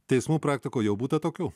teismų praktikoj jau būta tokių